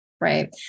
Right